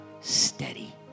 steady